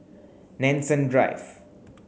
Nanson Drive